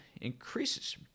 increases